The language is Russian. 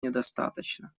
недостаточно